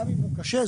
גם אם הוא קשה,